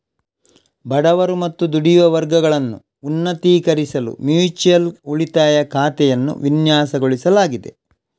ಬಡವರು ಮತ್ತು ದುಡಿಯುವ ವರ್ಗಗಳನ್ನು ಉನ್ನತೀಕರಿಸಲು ಮ್ಯೂಚುಯಲ್ ಉಳಿತಾಯ ಖಾತೆಯನ್ನು ವಿನ್ಯಾಸಗೊಳಿಸಲಾಗಿದೆ